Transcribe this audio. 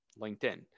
LinkedIn